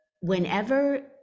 whenever